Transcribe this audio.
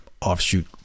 offshoot